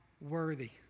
worthy